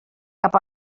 cap